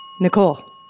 Nicole